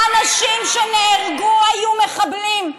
האנשים שנהרגו היו מחבלים.